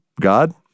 God